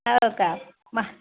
हो का महा